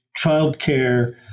childcare